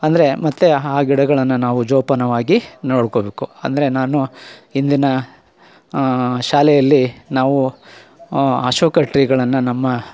ಅಂದರೆ ಮತ್ತು ಆ ಗಿಡಗಳನ್ನು ನಾವು ಜೋಪಾನವಾಗಿ ನೋಡಿಕೋಬೇಕು ಅಂದರೆ ನಾನು ಹಿಂದಿನ ಶಾಲೆಯಲ್ಲಿ ನಾವು ಅಶೋಕ ಟ್ರೀಗಳನ್ನು ನಮ್ಮ